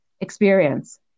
experience